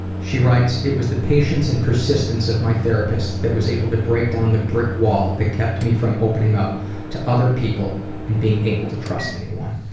she writes, it was the patience and persistence of my therapist that was able to break down the brick wall that kept me from opening up to other people and being able to trust anyone.